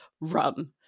run